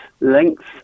lengths